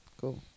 Cool